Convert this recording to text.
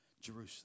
Jerusalem